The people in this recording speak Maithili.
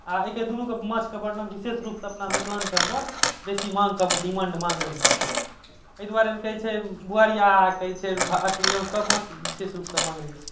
आओर अइके दुनूके माछके वर्णन विशेष रूपसँ अपना मिथिलाञ्चलमे बेसी माङ्गके डिमान्ड माङ्ग रहै छै अइ दुआरे कहै छै बुआरी आओर कहै छै अथी रोहुके माछ विशेष रूपसँ माङ्ग रहै छै